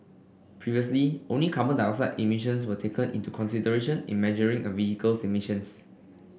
previously only carbon dioxide emissions were taken into consideration in measuring a vehicle's emissions